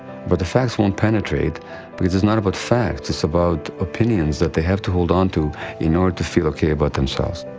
but the facts won't penetrate because it's not about facts, it's about opinions they have to hold onto in order to feel okay about themselves.